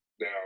now